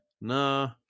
Nah